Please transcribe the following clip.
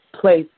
place